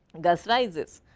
gus rises,